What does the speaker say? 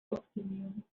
optimieren